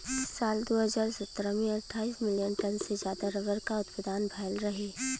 साल दू हज़ार सत्रह में अट्ठाईस मिलियन टन से जादा रबर क उत्पदान भयल रहे